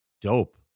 dope